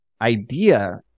idea